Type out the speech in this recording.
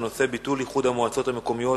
בנושא: ביטול איחוד המועצות המקומיות